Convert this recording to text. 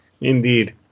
Indeed